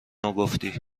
گفتی